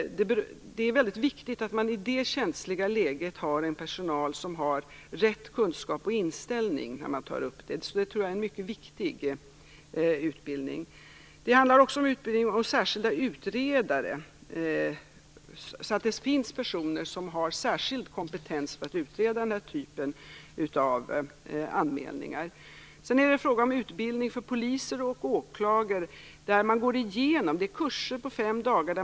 Det är ju väldigt viktigt att i det känsliga läget ha personal som har rätt kunskap och rätt inställning. Jag tror att det är en mycket viktig utbildning. Det handlar också om utbildning av särskilda utredare, så att det finns personer med särskild kompetens för att utreda den här typen av anmälningar. Vidare är det fråga om utbildning för poliser och åklagare. Det är kurser under fem dagar.